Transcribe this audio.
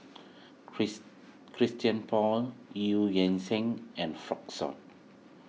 Chris Christian Paul Eu Yan Sang and Fuk Sun